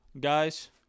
Guys